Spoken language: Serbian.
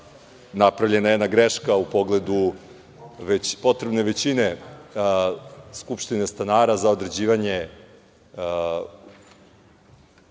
Napravljena je jedna greška u pogledu već potrebne većine skupštine stanara za određivanje